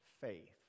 faith